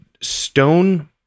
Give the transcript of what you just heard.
Stone